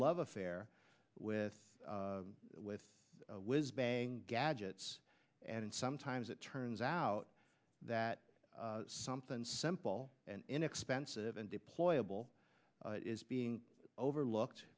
love affair with with whiz bang gadgets and sometimes it turns out that something simple and inexpensive and deployable is being overlooked